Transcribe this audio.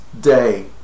day